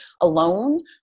alone